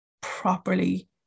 properly